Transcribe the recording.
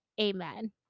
Amen